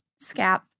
Scap